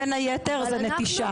בין היתר זו נטישה.